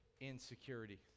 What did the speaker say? insecurity